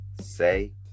say